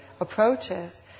approaches